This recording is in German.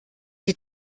die